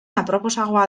aproposagoa